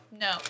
no